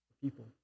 people